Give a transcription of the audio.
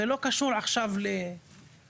זה לא קשור עכשיו לדת,